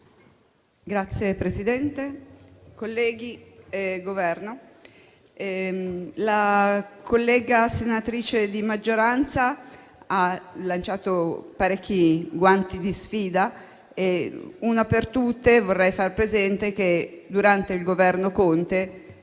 rappresentante del Governo, la collega senatrice di maggioranza ha lanciato parecchi guanti di sfida: uno per tutti, vorrei far presente che, durante il Governo Conte,